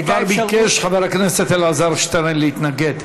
כבר ביקש חבר הכנסת אלעזר שטרן להתנגד.